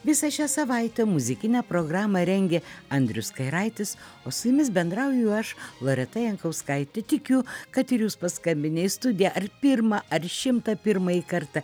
visą šią savaitę muzikinę programą rengė andrius kairaitis o su jumis bendrauju aš loreta jankauskaitė tikiu kad ir jūs paskambinę į studiją ar pirmą ar šimtą pirmąjį kartą